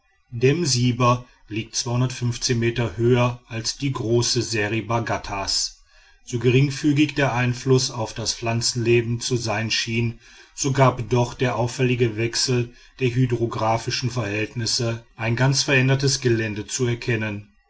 dem siber liegt meter höher als die große seriba ghattas so geringfügig der einfluß auf das pflanzenleben zu sein schien so gab doch der auffällige wechsel der hydrographischen verhältnisse ein ganz verändertes gelände zu erkennen